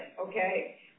Okay